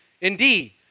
Indeed